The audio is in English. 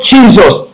Jesus